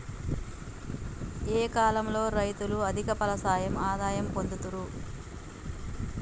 ఏ కాలం లో రైతులు అధిక ఫలసాయం ఆదాయం పొందుతరు?